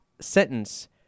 sentence